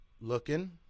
looking